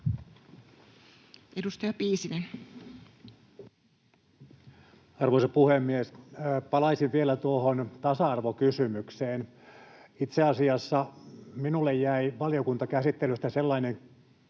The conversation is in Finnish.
19:03 Content: Arvoisa puhemies! Palaisin vielä tuohon tasa-arvokysymykseen. Itse asiassa minulle jäi valiokuntakäsittelystä sellainen kuva,